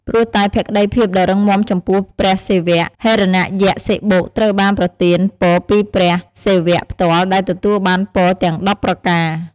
ព្រោះតែភក្តីភាពដ៏រឹងមាំចំពោះព្រះសិវៈ ហិរណយក្សសិបុត្រូវបានប្រទានពរពីព្រះសិវៈផ្ទាល់ដែលទទួលបានពរទាំង១០ប្រការ។